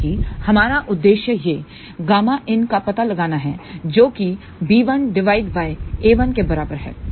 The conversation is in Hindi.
क्योंकि हमारा उद्देश्य यह Ƭinका पता लगाना है जो कि बी 1 डिवाइडेड बाय ए 1 के बराबर है